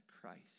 Christ